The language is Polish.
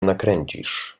nakręcisz